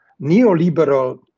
neoliberal